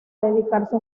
dedicarse